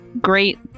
great